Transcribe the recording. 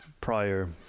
prior